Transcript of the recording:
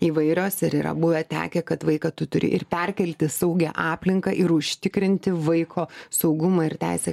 įvairios ir yra buvę tekę kad vaiką tu turi ir perkelt į saugią aplinką ir užtikrinti vaiko saugumą ir teisę